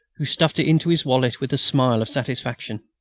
who stuffed it into his wallet with a smile of satisfaction.